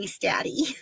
Daddy